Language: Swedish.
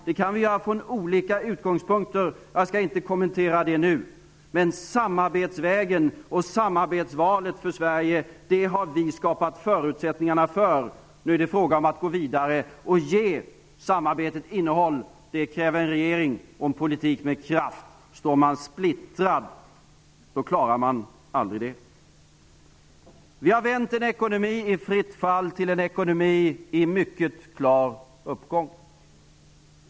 Det kan vi göra från olika utgångspunkter -- jag skall inte kommentera det nu -- men samarbetsvägen och samarbetsvalet för Sverige har vi skapat förutsättningarna för. Nu är det fråga om att gå vidare och ge samarbetet innehåll. Det kräver en regering och en politik med kraft. Står man splittrad klarar man aldrig det. Vi har vänt en ekonomi i fritt fall till en ekonomi i mycket klar uppgång.